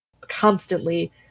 constantly